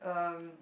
um